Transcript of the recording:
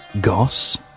goss